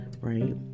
Right